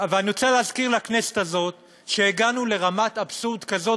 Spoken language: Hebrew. אני רוצה להזכיר לכנסת הזאת שהגענו בכנסת הקודמת לרמת אבסורד כזאת